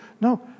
No